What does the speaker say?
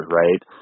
right